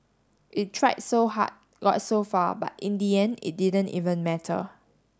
it tried so hard got so far but in the end it didn't even matter